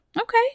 Okay